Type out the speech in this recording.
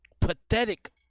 Pathetic